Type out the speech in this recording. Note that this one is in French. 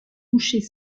bouchers